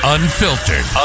Unfiltered